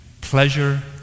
Pleasure